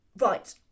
Right